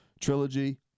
trilogy